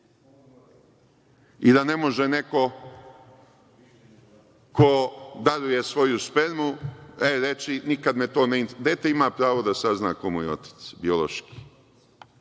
i da ne može neko ko daruje svoju spermu reći – nikad me to ne interesuje. Dete ima pravo da sazna ko mu je biološki